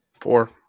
Four